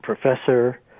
professor